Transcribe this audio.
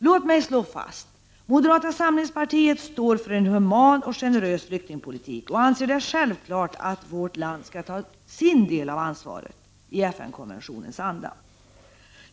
Låt mig slå fast: Moderata samlingspartiet står för en human och generös flyktingpolitik och anser det självklart att vårt land skall ta sin del av ansvaret i FN-konventionens anda.